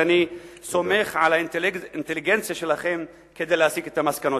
ואני סומך על האינטליגנציה שלכם כדי להסיק את המסקנות.